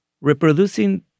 reproducing